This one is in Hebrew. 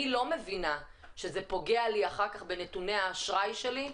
לא מבינה שזה פוגע אחר כך בנתוני האשראי שלי,